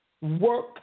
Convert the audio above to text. work